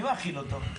מי מאכיל אותו?